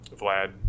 Vlad